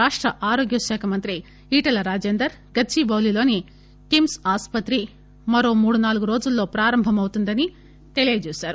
రాష్ట ఆరోగ్య శాఖ మంత్రి ఈటల రాజేందర్ గచ్చిటాలిలోని టిమ్స్ ఆస్పత్రి మరో మూడు నాలుగు రోజుల్లో ప్రారంభమవుతుందని తెలిపారు